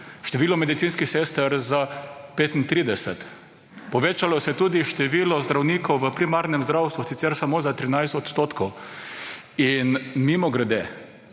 število medicinskih sester za 35, povečalo se je tudi število zdravnikov v primarnem zdravstvu sicer samo za 13 odstotkov. Mimogrede